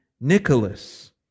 Nicholas